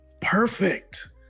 perfect